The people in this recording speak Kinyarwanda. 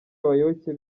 abayoboke